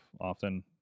often